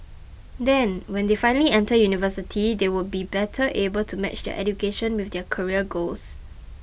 then when they finally enter university they would be better able to match their education with their career goals